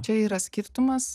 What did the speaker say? čia yra skirtumas